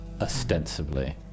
ostensibly